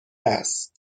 است